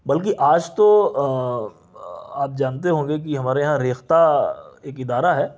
بلکہ آج تو آپ جانتے ہوں گے کہ ہمارے یہاں ریختہ ایک ادارہ ہے